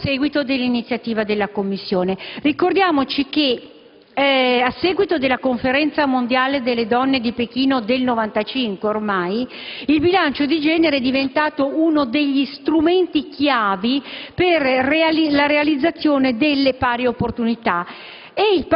proprio a seguito dell'iniziativa della Commissione. Vorrei altresì ricordare che a seguito della Conferenza mondiale sulle donne di Pechino, ormai del 1995, il bilancio di genere è diventato uno degli strumenti chiave per la realizzazione delle pari opportunità,